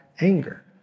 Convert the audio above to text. anger